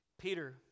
Peter